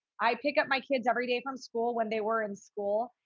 i pick up my kids every day from school when they were in school.